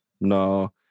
no